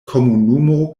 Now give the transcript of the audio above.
komunumo